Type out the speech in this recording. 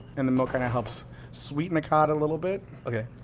and the milk kind of helps sweeten the cod a little bit okay.